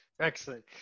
Excellent